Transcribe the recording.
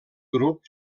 grup